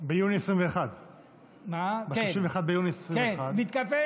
ביוני 2021. ב-31 ביוני 2021. כן, התקופה